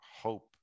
hope